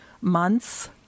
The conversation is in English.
months